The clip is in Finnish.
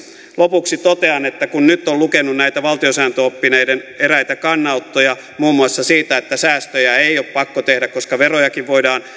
lopuksi totean että kun nyt on lukenut näitä valtiosääntöoppineiden eräitä kannanottoja muun muassa siitä että säästöjä ei ole pakko tehdä koska verojakin voidaan